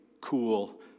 cool